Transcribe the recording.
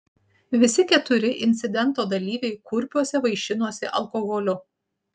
visi keturi incidento dalyviai kurpiuose vaišinosi alkoholiu